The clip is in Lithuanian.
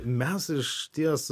mes iš ties